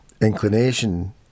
inclination